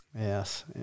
Yes